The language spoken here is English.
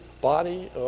body